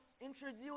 introduce